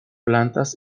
plantas